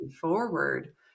forward